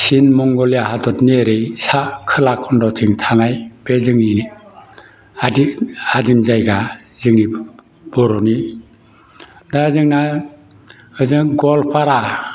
चिन मंग'लिरया हादरनि ओरै सा खोला खन्द'थिं थानाय जोंनिनो हारिनि जायगा जोंनि बर'नि दा जोंना ओजों गवालपारा